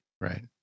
Right